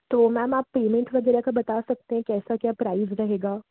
तो मैम आप पेमेंट वगैरह का बता सकते हैं कैसा क्या प्राइज़ रहेगा